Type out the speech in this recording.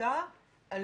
השליטה על